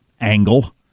angle